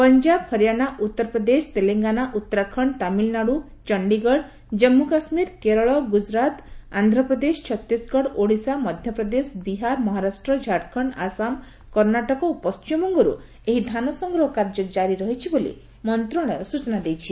ପଞ୍ଜାବ ହରିୟାଣାଉତ୍ତରପ୍ରଦେଶ ତେଲେଙ୍ଗାନା ଉତ୍ତରାଖଣ୍ଡ ତାମିଲନାଡ଼ୁ ଚଣ୍ଡିଗଡ ଜାନ୍ଗୁ ଏବଂ କାଶ୍ମୀର କେରଳ ଗୁଜରାଟ୍ ଆନ୍ଧ୍ରପ୍ରଦେଶ ଛତିଶଗଡ ଓଡିଶା ମଧ୍ୟପ୍ରଦେଶ ବିହାର ମହାରାଷ୍ଟ୍ର ଝାଡଖଣ୍ଡ ଆସାମ କର୍ଣ୍ଣାଟକ ଏବଂ ପଶ୍ଚିମବଙ୍ଗରୁ ଏହି ଧାନସଂଗ୍ରହ କାର୍ଯ୍ୟ ଜାରି ରହିଛି ବୋଲି ମନ୍ତ୍ରଣାଳୟ ସ୍ଟଚନା ଦେଇଛି